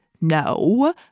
no